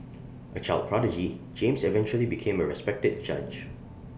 A child prodigy James eventually became A respected judge